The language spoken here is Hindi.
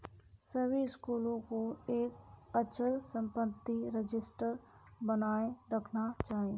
सभी स्कूलों को एक अचल संपत्ति रजिस्टर बनाए रखना चाहिए